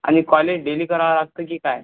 आणि college daily करावं लागतं की काय